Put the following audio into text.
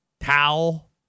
towel